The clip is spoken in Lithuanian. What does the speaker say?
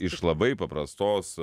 iš labai paprastos